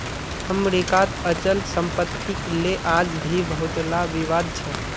अमरीकात अचल सम्पत्तिक ले आज भी बहुतला विवाद छ